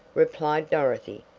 replied dorothy,